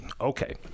Okay